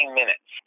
minutes